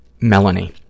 Melanie